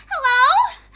Hello